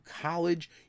college